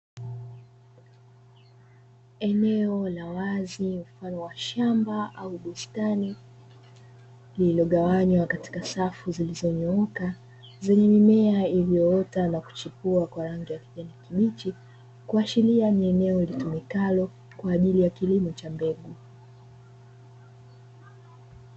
Eneo la wazi mfano wa shamba au bustani lililogawanywa katika safu zilizonyooka, zenye mimea iliyoota na kuchipua kwa rangi ya kijani kibichi kuashiria ni eneo litumikalo kwaajili ya kilimo cha mbegu.